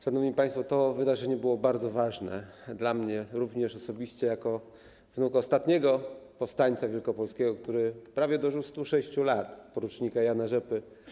Szanowni państwo, to wydarzenie było bardzo ważne dla mnie również osobiście jako wnuka ostatniego powstańca wielkopolskiego, który dożył prawie 106 lat - por. Jana Rzepy.